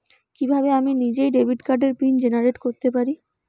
কিভাবে আমি নিজেই ডেবিট কার্ডের পিন জেনারেট করতে পারি?